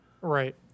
Right